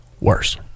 worse